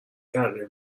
تغییر